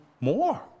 more